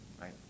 right